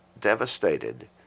devastated